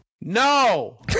no